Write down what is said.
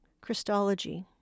Christology